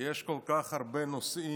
יש כל כך הרבה נושאים,